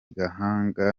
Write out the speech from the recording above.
gahanga